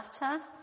matter